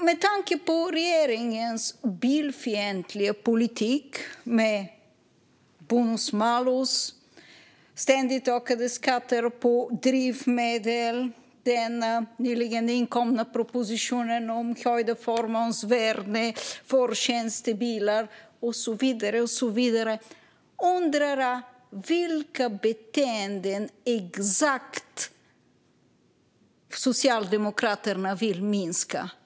Med tanke på regeringens bilfientliga politik, med bonus-malus, ständigt ökade skatter på drivmedel, den nyligen inkomna propositionen om höjt förmånsvärde för tjänstebilar och så vidare, undrar jag: Exakt vilka beteenden vill Socialdemokraterna minska?